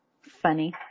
Funny